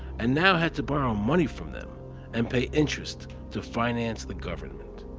and now had to borrow money from them and pay interest to finance the government.